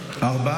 נתקבלה.